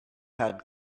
had